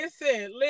Listen